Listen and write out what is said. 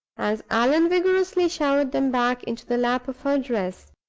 as allan vigorously showered them back into the lap of her dress.